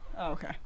Okay